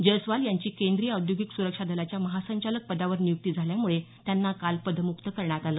जयस्वाल यांची केंद्रीय औद्योगिक सुरक्षा दलाच्या महासंचालक पदावर नियुक्ती झाल्यामुळे त्यांना काल पदमुक्त करण्यात आलं